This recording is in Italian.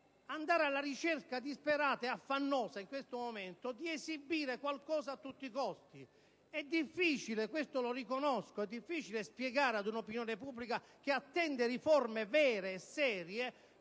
andare alla ricerca disperata ed affannosa in questo momento di esibire qualcosa a tutti i costi. È difficile, lo riconosco, spiegare ad un'opinione pubblica, che attende riforme vere e serie,